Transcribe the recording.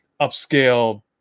upscale